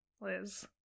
Liz